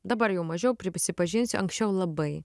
dabar jau mažiau prisipažinsiu anksčiau labai